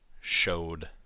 showed